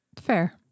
Fair